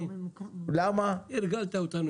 אבל אני אומר לחברי הכנסת, זו